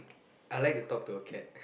I like to talk to a cat